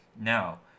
Now